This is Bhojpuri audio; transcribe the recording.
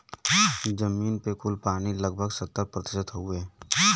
जमीन पे कुल पानी लगभग सत्तर प्रतिशत हउवे